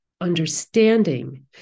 Understanding